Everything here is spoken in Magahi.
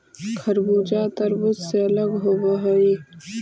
खरबूजा तारबुज से अलग होवअ हई